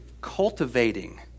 cultivating